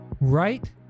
right